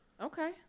Okay